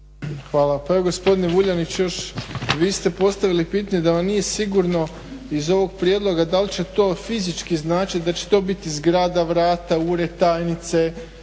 Hvala. Pa evo gospodine Vuljanić vi ste postavili pitanje da vam nije sigurno iz ovog prijedloga da li će to fizički značiti da će to biti zgrada, vrata, ured, tajnice,